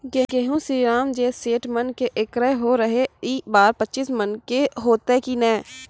गेहूँ श्रीराम जे सैठ मन के एकरऽ होय रहे ई बार पचीस मन के होते कि नेय?